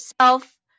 self